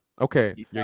Okay